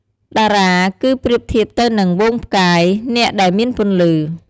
តារា គឺប្រៀបធៀបទៅនឹង ហ្វូងផ្កាយ អ្នកដែលមានពន្លឺ។